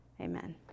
amen